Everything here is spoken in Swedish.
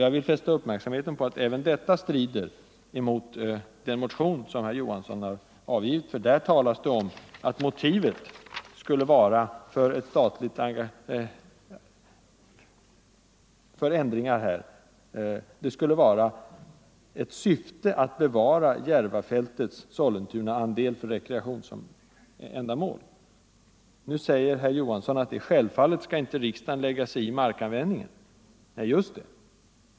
Jag vill fästa uppmärksamheten på, att även detta strider mot den motion som herr Johansson varit med om att väcka. Där talas det om att motivet för en ändring skulle vara att möjliggöra att Järvafältets Sollentunadel bevaras för rekreationsändamål. Nu säger herr Johansson att självfallet skall inte riksdagen lägga sig i markanvändningen. Nej, just det.